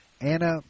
Anna